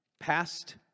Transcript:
past